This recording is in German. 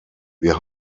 wir